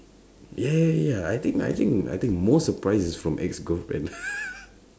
ya ya ya I think I think I think most surprise is from ex girlfriend